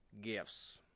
gifts